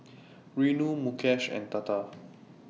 Renu Mukesh and Tata